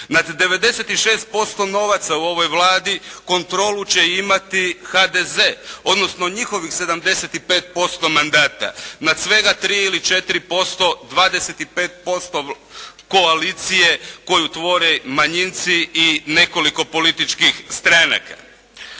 Znate 96% novaca u ovoj Vladi kontrolu će imati HDZ, odnosno njihovih 75% mandata na svega 3 ili 4%, 25% koalicije koju tvore manjinci i nekoliko političkih stranaka.